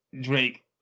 Drake